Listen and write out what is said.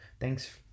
Thanks